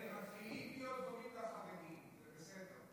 אתם מציעים להיות, החרדי, זה בסדר.